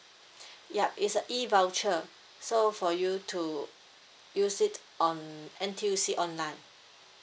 yup it's a E voucher so for you to use it um N_T_U_C online